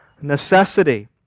necessity